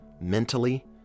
mentally